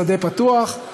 בשדה פתוח,